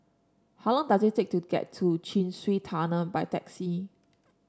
how long does it take to get to Chin Swee Tunnel by taxi